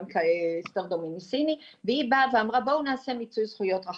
אסתר דומיניסיני והיא באה ואמרה בואו נעשה מיצוי זכויות רחב.